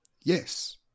Yes